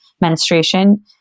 menstruation